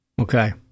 Okay